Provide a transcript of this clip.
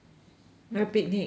那 picnic mm